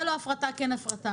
זה לא כן הפרטה או לא הפרטה.